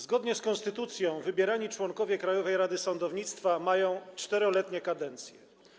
Zgodnie z konstytucją wybierani członkowie Krajowej Rady Sądownictwa mają 4-letnie kadencje.